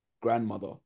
grandmother